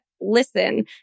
Listen